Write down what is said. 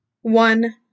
one